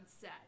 set